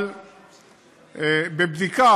אבל בבדיקה,